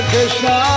Krishna